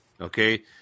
Okay